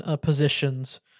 positions